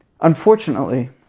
Unfortunately